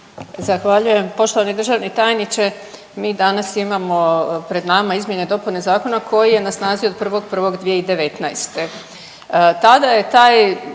Zahvaljujem. Poštovani državni tajniče, mi danas imamo pred nama izmjene i dopune zakona koji je na snazi od 1.1.2019.. Tada je taj